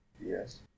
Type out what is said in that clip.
Yes